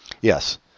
yes